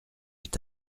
est